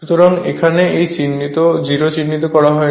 সুতরাং এখানে এই 0 চিহ্নিত করা হয়নি